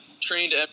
trained